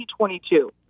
2022